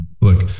look